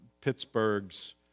Pittsburgh's